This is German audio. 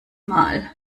mal